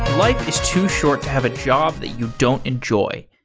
like is too short to have a job that you don't enjoy.